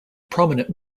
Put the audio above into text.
prominent